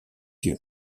yeux